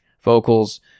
vocals